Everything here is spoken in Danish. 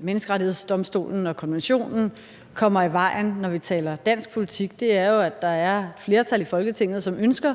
Menneskerettighedsdomstolen og konventionen kommer i vejen, når vi taler dansk politik, er, at der er et flertal i Folketinget, som ønsker